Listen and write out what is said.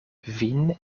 vin